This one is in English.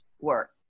work